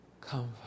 Come